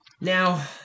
Now